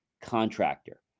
contractor